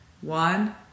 One